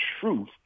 truth